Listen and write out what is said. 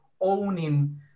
owning